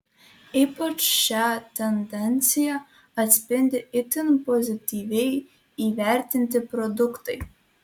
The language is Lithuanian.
ypač šią tendenciją atspindi itin pozityviai įvertinti produktai